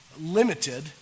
limited